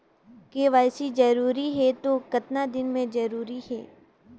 KYC जरूरी हे तो कतना दिन मे जरूरी है?